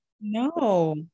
No